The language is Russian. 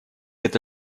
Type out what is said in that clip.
это